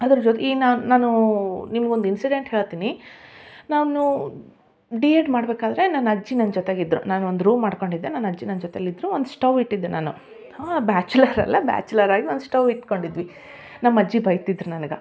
ಅದ್ರ ಜೊತೆ ಈ ನಾನು ನಾನೂ ನಿಮ್ಗೊಂದು ಇನ್ಸಿಡೆಂಟ್ ಹೇಳ್ತೀನಿ ನಾನೂ ಡಿ ಎಡ್ ಮಾಡಬೇಕಾದ್ರೆ ನನ್ನ ಅಜ್ಜಿ ನನ್ನ ಜೊತೆಗೆ ಇದ್ದರು ನಾನು ಒಂದು ರೂಮ್ ಮಾಡಿಕೊಂಡಿದ್ದೆ ನನ್ನ ಅಜ್ಜಿ ನನ್ನ ಜೊತೇಲಿ ಇದ್ದರು ಒಂದು ಸ್ಟವ್ ಇಟ್ಟಿದ್ದೆ ನಾನು ಹಾಂ ಬ್ಯಾಚುಲರ್ ಅಲ್ಲ ಬ್ಯಾಚುಲರ್ ಆಗಿ ಒಂದು ಸ್ಟವ್ ಇಟ್ಕೊಂಡಿದ್ವಿ ನಮ್ಮ ಅಜ್ಜಿ ಬೈತಿದ್ರು ನನ್ಗೆ